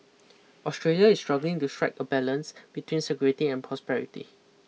Australia is struggling to strike a balance between security and prosperity